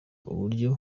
uburyo